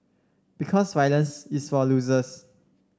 because violence is for losers